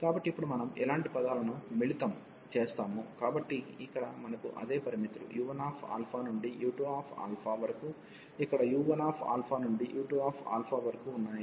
కాబట్టి ఇప్పుడు మనం ఇలాంటి పదాలను మిళితం చేస్తాము కాబట్టి ఇక్కడ మనకు అదే పరిమితులు u1 నుండి u2 వరకు ఇక్కడ u1 నుండి u2 వరకు ఉన్నాయి